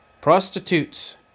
prostitutes